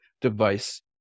device